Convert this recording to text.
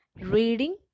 reading